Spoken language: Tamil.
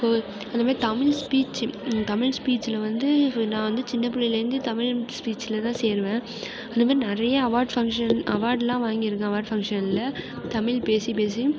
அந்த மாதிரி தமிழ் ஸ்பீச்சு தமிழ் ஸ்பீச்சில் வந்து நான் வந்து சின்ன பிள்ளையிலேந்தே தமிழ் ஸ்பீசில்தான் சேருவேன் அந்த மாதிரி நிறையா அவார்ட் ஃபங்ஷன் அவார்ட்லாம் வாங்கியிருக்கேன் அவார்ட் ஃபங்ஷனில் தமிழ் பேசி பேசி